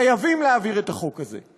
חייבים להעביר את החוק הזה.